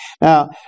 Now